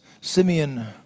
Simeon